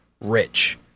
Rich